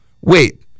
wait